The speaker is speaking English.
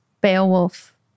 Beowulf